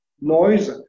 noise